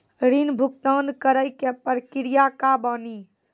ऋण भुगतान करे के प्रक्रिया का बानी?